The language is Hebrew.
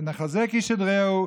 נחזק איש את רעהו,